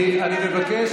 אני מבקש